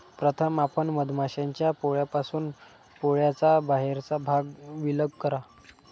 प्रथम आपण मधमाश्यांच्या पोळ्यापासून पोळ्याचा बाहेरचा भाग विलग करा